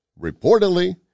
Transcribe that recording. Reportedly